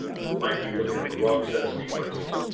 might be looking at the wrong set of sequences.